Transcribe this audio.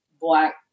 black